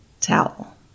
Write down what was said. towel